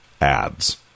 ads